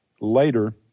later